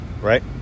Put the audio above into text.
right